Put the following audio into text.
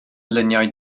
luniau